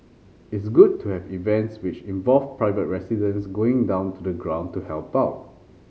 it's good to have events which involve private residents going down to the ground to help out